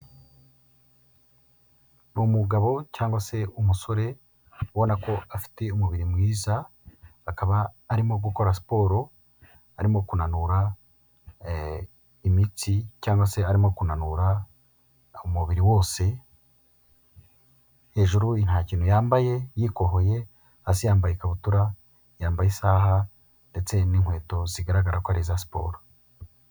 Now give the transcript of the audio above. Ni umugabo cyangwa se umusore, ubona ko afite umubiri mwiza, akaba arimo gukora siporo, arimo kunanura ee! imitsi cyangwa se arimo kunanura umubiri wose, hejuru nta kintu yambaye, yikohoye, hasi yambaye ikabutura, yambaye isaha ndetse n'inkweto zigaragara ko ari iza siporo.